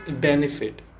benefit